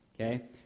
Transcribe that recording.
okay